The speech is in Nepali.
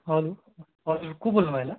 हलो हजुर को बोल्नुभयो होला